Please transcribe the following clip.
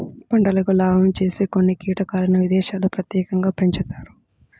పంటకు లాభం చేసే కొన్ని కీటకాలను విదేశాల్లో ప్రత్యేకంగా పెంచుతారు